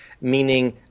meaning